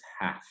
half